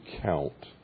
count